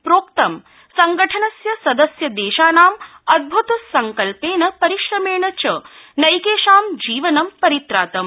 प्रोक्तं संघटनस्य सदस्य देशानां अदभुत संकल्पेन परिश्रमेण च नैकेषां जीवनं परित्रातम्